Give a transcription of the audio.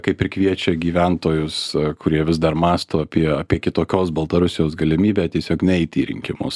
kaip ir kviečia gyventojus kurie vis dar mąsto apie apie kitokios baltarusijos galimybę tiesiog neiti į rinkimus